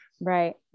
Right